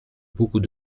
beaucoup